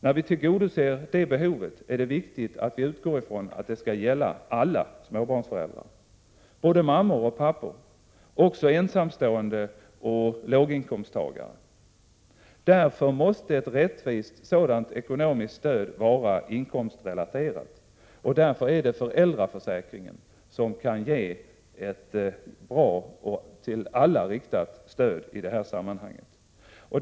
När vi tillgodoser det behovet är det viktigt att vi utgår från att det skall gälla alla småbarnsföräldrar, både mammor och pappor, ensamstående och låginkomsttagare. Därför måste ett rättvist sådant ekonomiskt stöd vara inkomstrelaterat, och därför är det föräldraförsäkringen som kan ge ett bra och till alla riktat stöd i detta sammanhang.